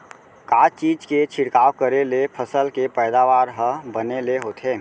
का चीज के छिड़काव करें ले फसल के पैदावार ह बने ले होथे?